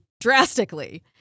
drastically